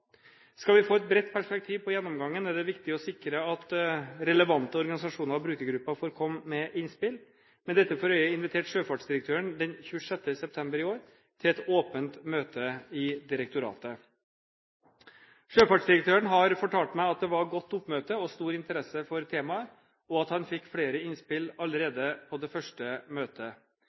Skal vi få et bredt perspektiv på gjennomgangen, er det viktig å sikre at relevante organisasjoner og brukergrupper får komme med innspill. Med dette for øye inviterte sjøfartsdirektøren 26. september i år til et åpent møte i direktoratet. Sjøfartsdirektøren har fortalt meg at det var godt oppmøte og stor interesse for temaet, og at han fikk flere innspill allerede på det første møtet.